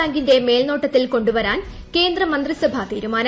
ബാങ്കിന്റെ മേൽനോട്ടത്തിൽ കൊണ്ടുവരാൻ കേന്ദ്രമന്ത്രിസഭാ തീരുമാനം